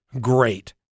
great